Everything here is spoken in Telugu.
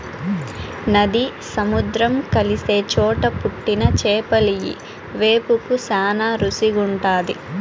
నది, సముద్రం కలిసే చోట పుట్టిన చేపలియ్యి వేపుకు శానా రుసిగుంటాది